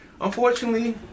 unfortunately